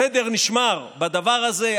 הסדר נשמר בדבר הזה,